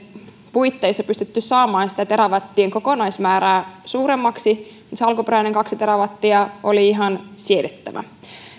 puitteissa pystytty saamaan sitä terawattien kokonaismäärää suuremmaksi mutta se alkuperäinen kaksi terawattia oli ihan siedettävä